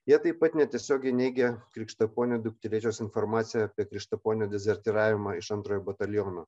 jie taip pat netiesiogiai neigia krikštaponio dukterėčios informaciją apie krištaponio dezertyravimą iš antrojo bataliono